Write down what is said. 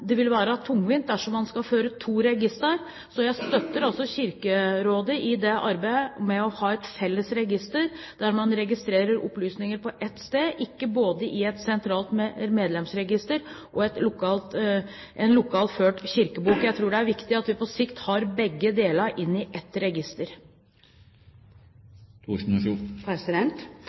vil være tungvint dersom man skal føre to registre. Så jeg støtter altså Kirkerådet i arbeidet med å ha et felles register, der man registrerer opplysninger på ett sted – ikke både i et sentralt medlemsregister og i en lokalt ført kirkebok. Jeg tror det er viktig at vi på sikt har begge deler inne i ett register.